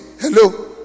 hello